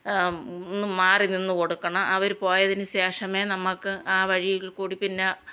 മാറി നിന്ന് കൊടുക്കണം അവർ പോയതിന് ശേഷമേ നമുക്ക് ആ വഴിയിൽ കൂടി പിന്നെ